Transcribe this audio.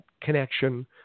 connection